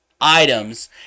items